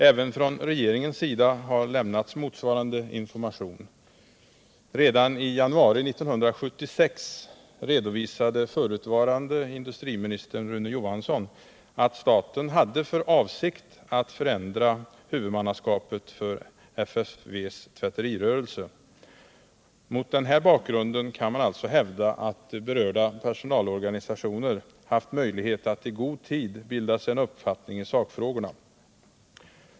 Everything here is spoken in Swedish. Även från regeringens sida har lämnats motsvarande information. Redan i januari 1976 redovisade förutvarande industriministern Rune Johansson att staten hade för avsikt att förändra huvudmannaskapet för FFV:s tvätterirörelse. Mot den bakgrunden kan — Nr 37 man alltså hävda, att berörda personalorganisationer haft möjlighet att i god tid bilda sig en uppfattning i sakfrågorna.